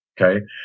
Okay